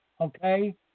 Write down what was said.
Okay